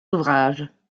ouvrages